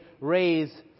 raise